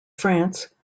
france